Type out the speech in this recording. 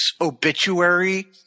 obituary